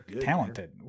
talented